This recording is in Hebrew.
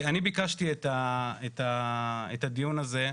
אני ביקשתי את הדיון הזה,